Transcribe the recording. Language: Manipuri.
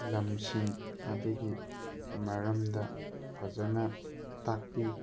ꯂꯝꯁꯤꯡ ꯑꯗꯨꯒꯤ ꯃꯔꯝꯗ ꯐꯖꯅ ꯇꯥꯛꯄꯤ